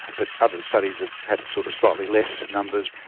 but other studies have had sort of slightly less numbers.